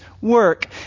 work